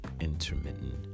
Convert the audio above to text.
intermittent